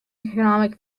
economic